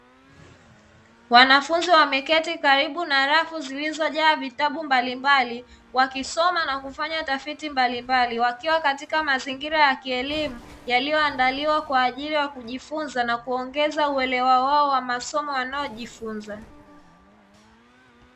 Wanafunzi wameketi karibu na rafu zilizojaa vitabu mbalimbali. Wakisoma na kufanya tafiti mbalimbali wakiwa katika mazingira ya kielimu yaliyoandaliwa kwa ajili ya kujifunza na kuongeza uelewa wao wa masomo wanaojifunza.